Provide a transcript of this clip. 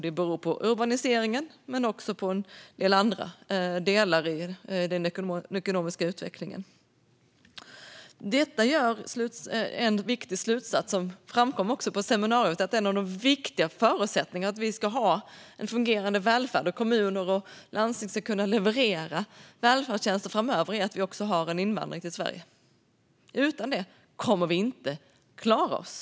Det beror på urbaniseringen men också på vissa andra delar i den ekonomiska utvecklingen. Detta leder till en viktig slutsats, som också framkom på seminariet, nämligen att en av de viktigaste förutsättningarna för att vi ska ha en fungerande välfärd och för att kommuner och landsting ska kunna leverera välfärdstjänster framöver är att vi har en invandring till Sverige. Utan invandring kommer vi inte att klara oss.